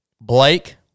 Blake